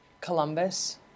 Columbus